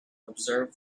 observe